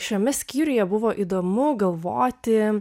šiame skyriuje buvo įdomu galvoti